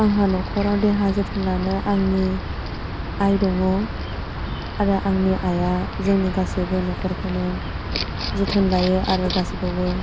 आंहा न'खराव देहा जोथोन लानो आंनि आइ दङ आरो आंनि आइआ जोंनि गासैबो न'खरखौनो जोथोन लायो आरो गासैखौबो